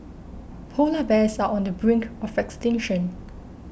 Polar Bears are on the brink of extinction